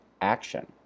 action